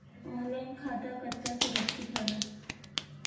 Online खाता कतका सुरक्षित हवय?